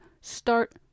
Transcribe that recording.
start